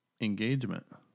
engagement